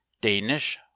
DANISH